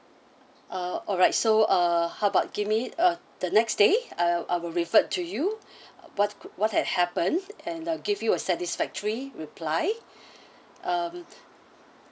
uh alright so uh how about give me uh the next day I I will revert to you what could what had happened and uh give you a satisfactory reply um